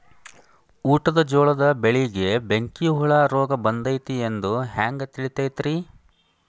ಊಟದ ಜೋಳದ ಬೆಳೆಗೆ ಬೆಂಕಿ ಹುಳ ರೋಗ ಬಂದೈತಿ ಎಂದು ಹ್ಯಾಂಗ ತಿಳಿತೈತರೇ?